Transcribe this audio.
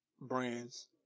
brands